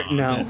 no